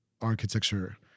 architecture